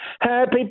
Happy